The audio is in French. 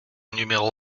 numéro